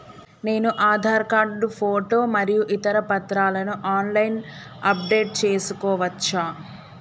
నేను Aadhaar card photo మరియు ఇతర పత్రాలను ఆన్ లైన్ అప్ డెట్ చేసుకోవచ్చా?